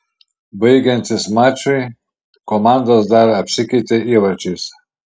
baigiantis mačui komandos dar apsikeitė įvarčiais